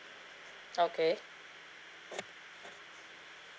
okay